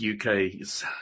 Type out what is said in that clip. uk's